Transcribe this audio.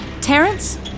Terrence